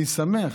אני שמח